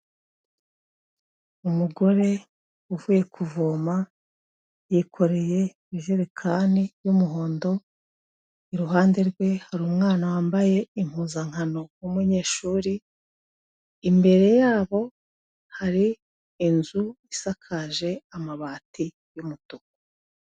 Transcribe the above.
Umugore uvuye kuvoma yikoreye ijerekani y'umuhondo iruhande rwe hari umwana wambaye impuzankano w'umunyeshuri, imbere yabo hari inzu isakaje amabati y'umutuku.